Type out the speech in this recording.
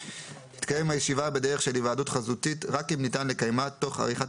תתקיים הישיבה בדרך של היוועדות חזותית רק אם ניתן לקיימה תך עריכת